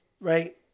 right